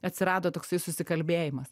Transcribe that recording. atsirado toksai susikalbėjimas